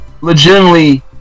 legitimately